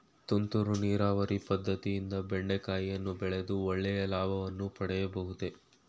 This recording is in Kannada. ತುಂತುರು ನೀರಾವರಿ ಪದ್ದತಿಯಿಂದ ಬೆಂಡೆಕಾಯಿಯನ್ನು ಬೆಳೆದು ಒಳ್ಳೆಯ ಲಾಭವನ್ನು ಪಡೆಯಬಹುದೇ?